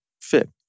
Fit